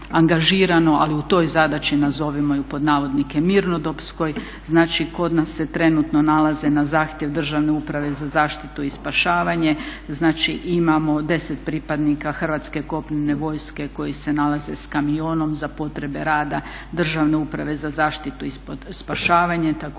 ali u toj zadaći nazovimo ju pod navodnike "mirnodobskoj". Znači kod nas se trenutno nalaze na zahtjev Državne uprave za zaštitu i spašavanje znači imamo 10 pripadnika Hrvatske kopnene vojske koji se nalaze sa kamionom za potrebe rada Državne uprave za zaštitu i spašavanje, također